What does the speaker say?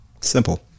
Simple